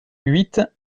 huit